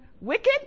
wicked